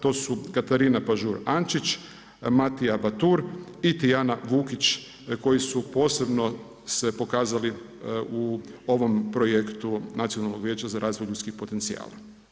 To su Katarina Pažur Ančić, Matija Batur i Tijana Vukić koji su posebno se pokazali u ovom projektu Nacionalnog vijeća za razvoj ljudskih potencijala.